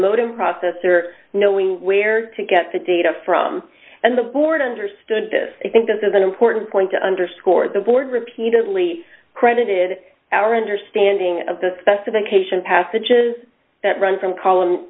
them processor knowing where to get the data from and the board understood this i think this is an important point to underscore the board repeatedly credited our understanding of the specification passages that run from column